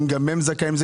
האם גם הם זכאים לזה?